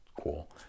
cool